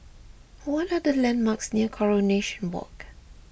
what are the landmarks near Coronation Walk